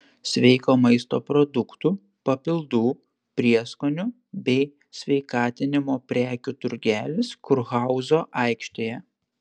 sveiko maisto produktų papildų prieskonių bei sveikatinimo prekių turgelis kurhauzo aikštėje